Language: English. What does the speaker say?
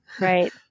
right